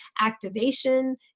activation